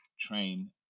train